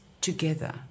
together